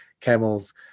camels